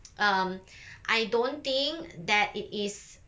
um I don't think that it is